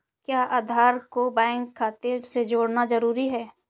क्या आधार को बैंक खाते से जोड़ना जरूरी है?